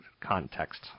context